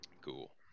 Cool